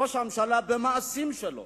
ראש הממשלה במעשים שלו,